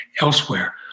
elsewhere